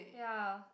ya